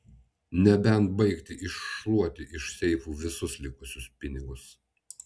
nebent baigti iššluoti iš seifų visus likusius pinigus